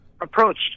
approached